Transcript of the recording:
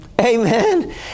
Amen